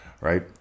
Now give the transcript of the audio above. right